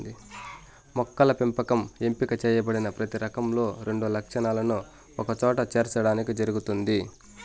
మొక్కల పెంపకం ఎంపిక చేయబడిన ప్రతి రకంలో రెండు లక్షణాలను ఒకచోట చేర్చడానికి జరుగుతుంది